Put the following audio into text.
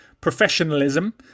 professionalism